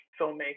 filmmaking